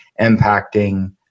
impacting